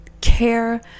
care